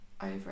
over